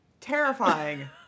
Terrifying